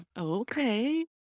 Okay